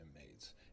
inmates